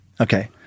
Okay